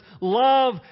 love